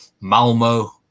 malmo